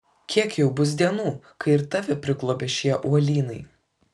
kiek jau bus dienų kai ir tave priglobė šie uolynai